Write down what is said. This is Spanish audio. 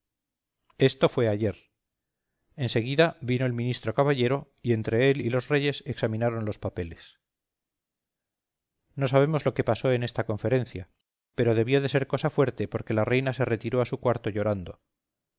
esto fue ayer en seguida vino el ministro caballero y entre él y los reyes examinaron los papeles no sabemos lo que pasó en esta conferencia pero debió de ser cosa fuerte porque la reina se retiró a su cuarto llorando